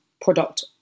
product